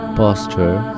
posture